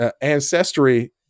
ancestry